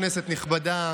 כנסת נכבדה,